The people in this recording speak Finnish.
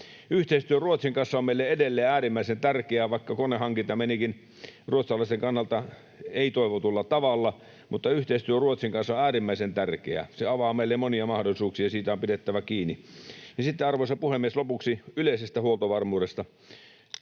Yhteistyö Ruotsin kanssa on meille edelleen äärimmäisen tärkeää, vaikka konehankinta menikin ruotsalaisten kannalta ei-toivotulla tavalla. Yhteistyö Ruotsin kanssa on äärimmäisen tärkeää. Se avaa meille monia mahdollisuuksia, ja siitä on pidettävä kiinni. Sitten, arvoisa puhemies, lopuksi yleisestä huoltovarmuudesta.